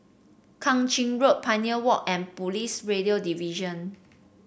Kang Ching Road Pioneer Walk and Police Radio Division